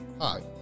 Hi